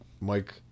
mike